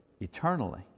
eternally